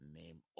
name